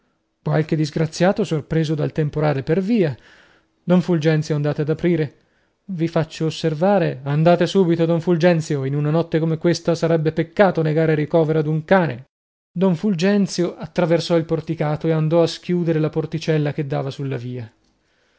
qualche disgraziato sorpreso dal temporale per via don fulgenzio andate ad aprire vi faccio osservare andate subito don fulgenzio in una notte come questa sarebbe peccato negare ricovero ad un cane don fulgenzio attraversò il porticato e andò a schiudere la porticella che dava sulla via